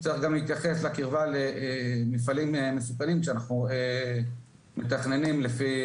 צריך גם להתייחס לקרבה למפעלים מסוכנים כשאנחנו מתכננים לפי